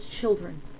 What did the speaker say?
children